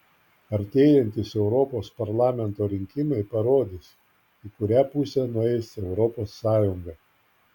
artėjantys europos parlamento rinkimai parodys į kurią pusę nueis europos sąjunga